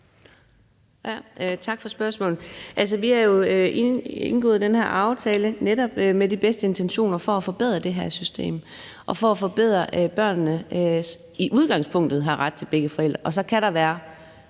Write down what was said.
Tak for spørgsmålet. Vi har jo indgået den her aftale netop med de bedste intentioner om at forbedre det her system og sikre, at børnene i udgangspunktet har ret til begge forældre. Så kan der være